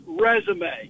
resume –